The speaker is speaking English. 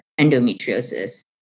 endometriosis